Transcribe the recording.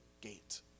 gate